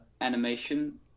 animation